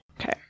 Okay